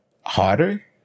harder